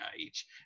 age